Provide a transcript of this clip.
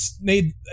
made